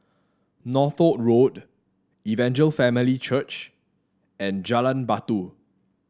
Northolt Road Evangel Family Church and Jalan Batu